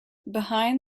behind